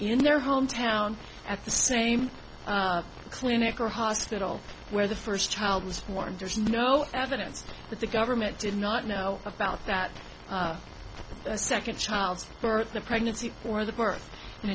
in their home town at the same clinic or hospital where the first child was born there's no evidence that the government did not know about that a second child's birth the pregnancy or the birth in